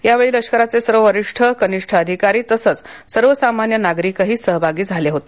या वेळी लष्कराचे सर्व वरिष्ठ कनिष्ठ अधिकारी तसच सर्वसामान्य नागरिकही सहभागी झाले होते